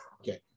okay